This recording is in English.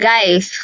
Guys